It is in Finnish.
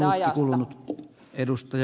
arvoisa puhemies